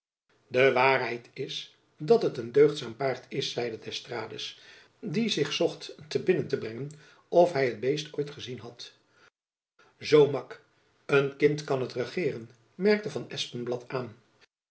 de waarheid is dat het een deugdzaam paard is zeide d'estrades die zich zocht te binnen te brengen of hy het beest ooit gezien had zoo mak een kind kan het regeeren merkte van espenblad aan